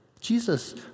Jesus